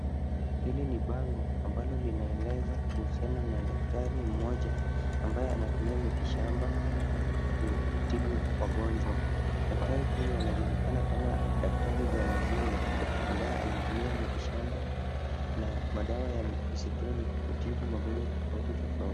Hili ni bango ambalo linaeleza kuhusiana na daktari mmoja, ambaye anatumia mitishamba kutibu wagonjwa. Daktari huyu anajulikana kama daktari Galazinga, ambaye anatumia mitishamba na madawa ya misituni kutibu magonjwa tofauti tofauti.